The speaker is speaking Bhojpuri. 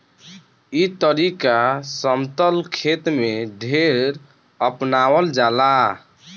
ई तरीका समतल खेत में ढेर अपनावल जाला